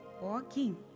Walking